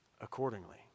accordingly